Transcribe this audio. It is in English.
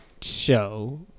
show